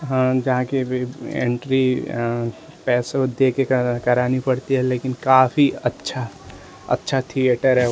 हाँ जहाँ की एंट्री पैसों देके करा करानी पड़ती है लेकिन काफ़ी अच्छा अच्छा थिएटर है वो